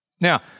Now